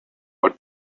what